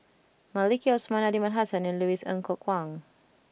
Maliki Osman Aliman Hassan and Louis Ng Kok Kwang